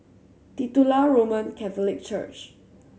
Titular Roman Catholic Church